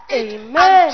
Amen